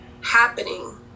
Happening